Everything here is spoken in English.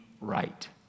right